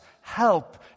help